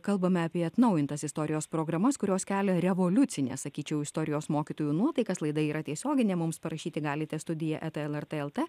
kalbame apie atnaujintas istorijos programas kurios kelia revoliucines sakyčiau istorijos mokytojų nuotaikas laida yra tiesioginė mums parašyti galite studija lrt lt